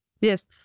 Yes